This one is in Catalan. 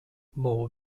bou